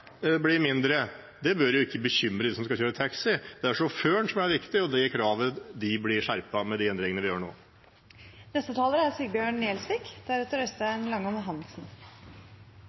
bør ikke bekymre dem som skal ta taxi, det er sjåføren som er viktig, og de kravene blir skjerpet med de endringene vi gjør